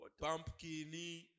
Pumpkin